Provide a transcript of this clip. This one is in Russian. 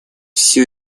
все